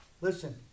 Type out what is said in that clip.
Listen